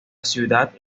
ciudad